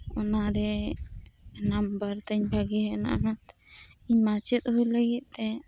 ᱚᱱᱟ ᱨᱮ ᱱᱟᱢᱵᱟᱨ ᱛᱤᱧ ᱵᱷᱟᱜᱮ ᱦᱮᱡ ᱮᱱᱟ ᱚᱱᱟᱛᱮ ᱤᱧ ᱢᱟᱪᱮᱫ ᱦᱩᱭ ᱞᱟᱜᱤᱫ ᱛᱮ